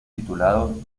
titulado